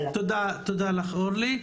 תודה, אורלי.